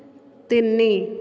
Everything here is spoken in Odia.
ତିନି